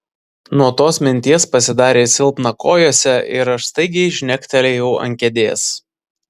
nuo tos minties pasidarė silpna kojose ir aš staigiai žnektelėjau ant kėdės